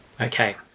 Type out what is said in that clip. okay